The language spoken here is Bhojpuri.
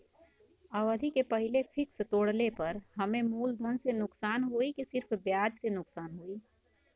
अवधि के पहिले फिक्स तोड़ले पर हम्मे मुलधन से नुकसान होयी की सिर्फ ब्याज से नुकसान होयी?